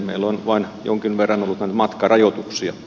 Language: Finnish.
meillä on vain jonkin verran ollut näitä matkarajoituksia